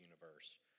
universe